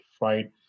right